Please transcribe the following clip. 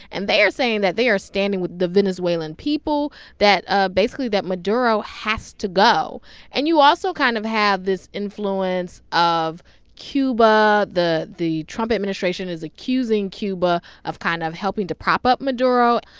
and they are saying that they are standing with the venezuelan people, that ah basically that maduro has to go and you also kind of have this influence of cuba. the the trump administration is accusing cuba of kind of helping to prop up maduro.